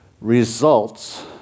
results